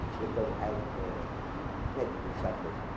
because as smith discusses.